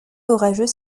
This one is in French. orageuse